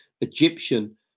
Egyptian